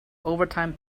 overtime